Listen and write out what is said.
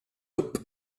upp